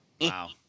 Wow